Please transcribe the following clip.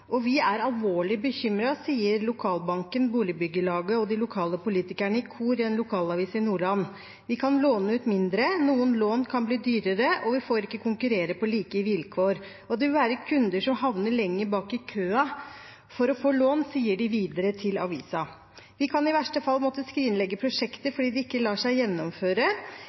og vi er alvorlig bekymret, sier lokalbanken, boligbyggelaget og de lokale politikerne i kor til en lokalavis i Nordland. Vi kan låne ut mindre, noen lån kan bli dyrere, og vi får ikke konkurrere på like vilkår. Det vil være kunder som havner lenger bak i køen for å få lån, sier de videre til avisen. Vi kan i verste fall måtte skrinlegge prosjekter fordi de ikke lar seg gjennomføre,